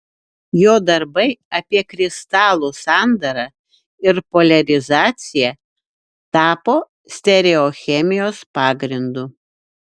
jo darbai apie kristalų sandarą ir poliarizaciją tapo stereochemijos pagrindu